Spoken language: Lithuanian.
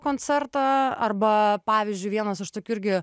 koncertą arba pavyzdžiui vienas iš tokių irgi